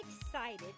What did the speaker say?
excited